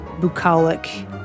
bucolic